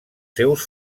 seus